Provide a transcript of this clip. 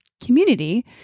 community